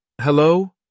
hello